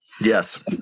Yes